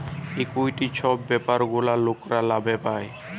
equity ছব ব্যাপার গুলা লকরা লাভে পায়